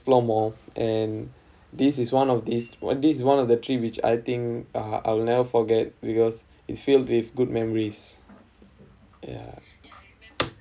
more and this is one of this one this one of the trip which I think uh I'll never forget because it's filled with good memories ya